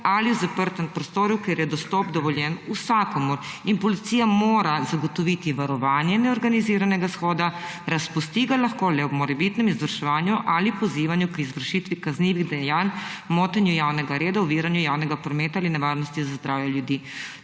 ali v zaprtem prostoru, kjer je dostop dovoljen vsakomur. In policija mora zagotoviti varovanje neorganiziranega shoda, razpusti ga lahko le ob morebitnem izvrševanju ali pozivanju k izvršitvi kaznivih dejanj, motenja javnega reda, oviranje javnega prometa ali nevarnosti za zdravje ljudi.